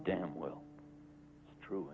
damn well tru